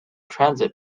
transit